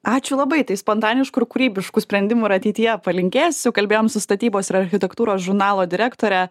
ačiū labai tai spontaniškų ir kūrybiškų sprendimų ir ateityje palinkėsiu kalbėjom su statybos ir architektūros žurnalo direktore